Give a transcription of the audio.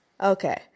Okay